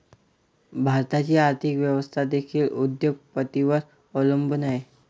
भारताची आर्थिक व्यवस्था देखील उद्योग पतींवर अवलंबून आहे